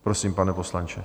Prosím, pane poslanče.